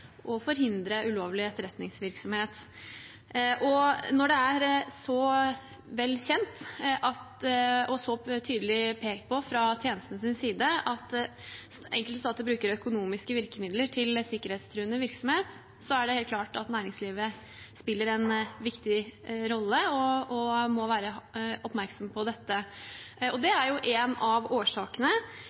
forhindre ulovlig etterretningsvirksomhet. Når det er så vel kjent og så tydelig pekt på fra tjenestens side at enkelte stater bruker økonomiske virkemidler til sikkerhetstruende virksomhet, er det helt klart at næringslivet spiller en viktig rolle og må være oppmerksom på dette. Det er en av årsakene